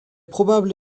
probable